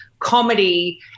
comedy